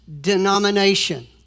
denomination